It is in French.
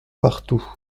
partout